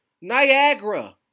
Niagara